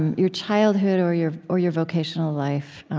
and your childhood or your or your vocational life,